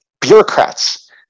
bureaucrats